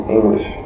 English